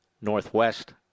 northwest